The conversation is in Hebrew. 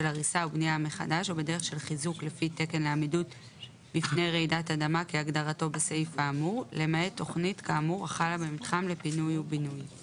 (תוכנית לעמידות בפני רעידת אדמה ותוכנית הכוללת הוראה להקניית הבעלות